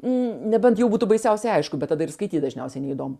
nebent jau būtų baisiausiai aišku bet tada ir skaityt dažniausiai neįdomu